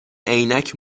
عینک